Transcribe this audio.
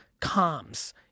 Comms